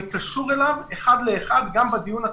קשור אליו אחד לאחד גם בדיון התקציבי.